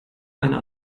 eine